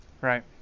right